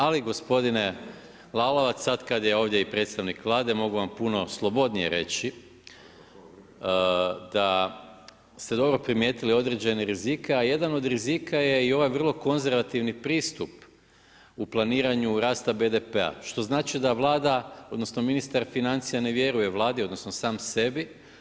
Ali gospodine Lalovac sada kada je ovdje predstavnik Vlade mogu vam puno slobodnije reći da ste dobro primijetili određene rizike, a jedan od rizika je i ovaj vrlo konzervativni pristup u planiranju rasta BDP-a što znači da ministar financija ne vjeruje Vladi odnosno sam sebi.